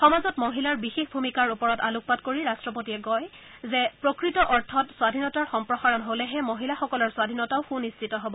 সমাজত মহিলাৰ বিশেষ ভূমিকাৰ ওপৰত আলোকপাত কৰি ৰাট্টপতিয়ে কয় যে প্ৰকৃত অৰ্থত স্বাধীনতাৰ সম্প্ৰসাৰণ হলেহে মহিলাসকলৰ স্বাধীনতাও সুনিশ্চিত হব